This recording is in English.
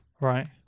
Right